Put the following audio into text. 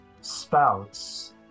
spouts